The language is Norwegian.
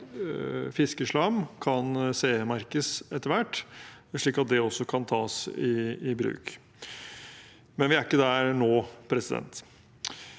fiskeslam kan CEmerkes etter hvert, slik at det også kan tas i bruk, men vi er ikke der nå. Det